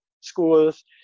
schools